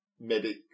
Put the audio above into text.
Medic